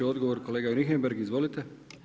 Odgovor kolega Richembergh izvolite.